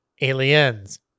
Aliens